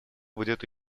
будет